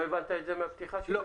לא הבנת את זה מהפתיחה שלי?